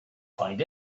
find